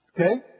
Okay